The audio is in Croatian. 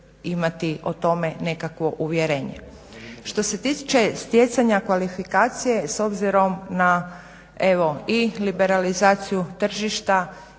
imati o tome nekakvo uvjerenje. Što se tiče stjecanja kvalifikacije s obzirom na liberalizaciju tržišta